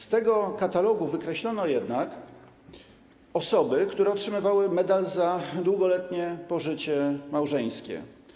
Z tego katalogu wykreślono jednak osoby, które otrzymywały Medal za Długoletnie Pożycie Małżeńskie.